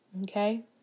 Okay